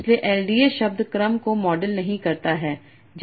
इसलिए एलडीए शब्द क्रम को मॉडल नहीं करता है जैसा कि यह है